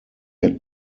had